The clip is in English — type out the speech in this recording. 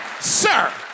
sir